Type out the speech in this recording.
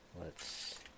lets